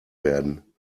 werden